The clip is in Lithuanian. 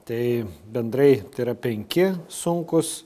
tai bendrai yra penki sunkūs